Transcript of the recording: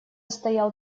стоял